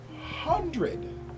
hundred